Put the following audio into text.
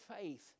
faith